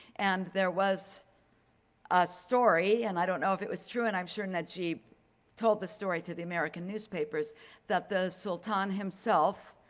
and there was a story and i don't know if it was true and i'm sure najeeb told the story to the american newspapers that the sultan himself